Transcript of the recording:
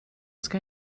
ska